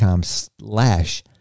slash